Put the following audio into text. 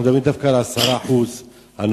אנחנו מדברים דווקא על ה-10% הנותרים,